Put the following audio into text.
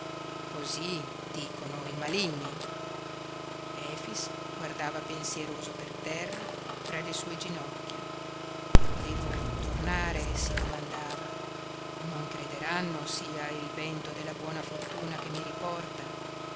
cosí dicono i maligni efix guardava pensieroso per terra fra le sue ginocchia devo tornare si domandava non crederanno sia il vento della buona fortuna che mi riporta